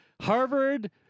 Harvard